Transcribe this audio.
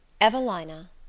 Evelina